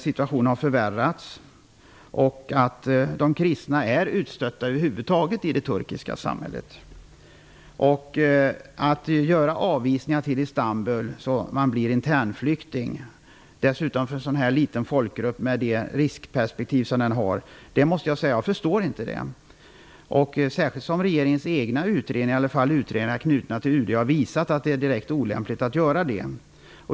Situationen har förvärrats, och de kristna är över huvud taget utstötta i det turkiska samhället. Jag förstår faktiskt inte hur man kan avvisa människor till Istanbul så att de blir internflyktingar, särskilt en så här liten folkgrupp med det riskperspektiv den har. Regeringens egna utredningar, eller i alla fall utredningar knutna till UD, har ju visat att det är direkt olämpligt att göra det.